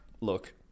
look